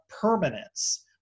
permanence